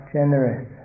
generous